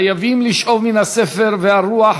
חייבים לשאוב מן הספר והרוח,